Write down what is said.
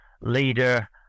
leader